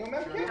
אני אומר כן.